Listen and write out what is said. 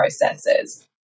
processes